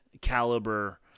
caliber